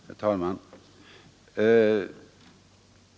Herr talman!